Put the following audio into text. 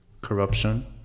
corruption